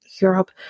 Europe